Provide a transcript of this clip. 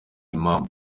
imam